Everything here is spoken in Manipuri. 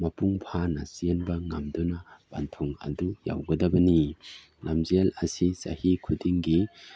ꯃꯄꯨꯡ ꯐꯥꯅ ꯆꯦꯟꯕ ꯉꯝꯗꯨꯅ ꯄꯟꯊꯨꯡ ꯑꯗꯨ ꯌꯧꯒꯗꯕꯅꯤ ꯂꯝꯖꯦꯟ ꯑꯁꯤ ꯆꯍꯤ ꯈꯨꯗꯤꯡꯒꯤ